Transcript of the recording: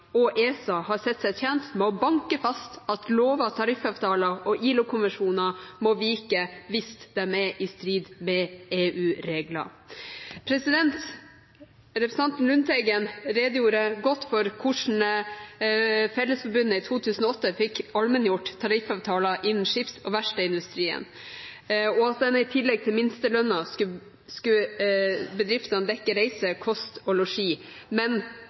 og ESA har sett seg tjent med å banke fast at lover, tariffavtaler og ILO-konvensjoner må vike hvis de er i strid med EU-regler. Representanten Lundteigen redegjorde godt for hvordan Fellesforbundet i 2008 fikk allmenngjort tariffavtaler innen skips- og verftsindustrien, og at i tillegg til minstelønnen skulle bedriftene dekke reise, kost og losji,